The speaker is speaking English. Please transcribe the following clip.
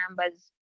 numbers